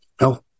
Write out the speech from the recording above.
No